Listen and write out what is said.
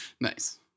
Nice